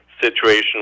situation